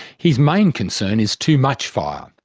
his main concern is too much fire,